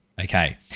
Okay